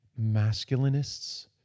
masculinists